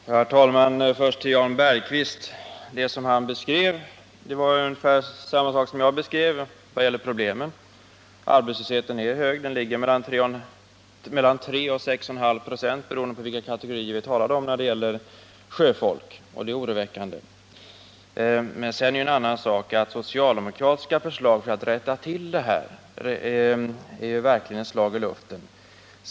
Herr talman! Först några ord till Jan Bergqvist. Det som han beskrev var ungefär samma sak som vad jag beskrev när det gäller problemen: arbetslösheten är hög och ligger på mellan 3 och 6,5 96, beroende på vilka kategorier av sjöfolk vi talar om, och det är oroväckande. Men en annan sak är att socialdemokratiska förslag för att rätta till detta förhållande verkligen är slag i luften.